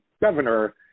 governor